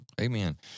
Amen